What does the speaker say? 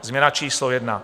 Změna číslo jedna.